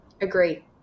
agree